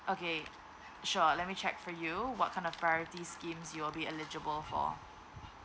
okay sure let me check for you what kind of priority schemes you'll be eligible for